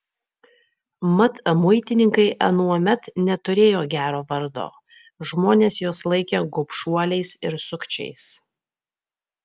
mat muitininkai anuomet neturėjo gero vardo žmonės juos laikė gobšuoliais ir sukčiais